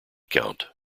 count